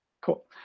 Cool